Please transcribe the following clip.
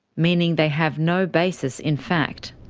meaning they have no basis in fact.